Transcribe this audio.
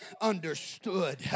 understood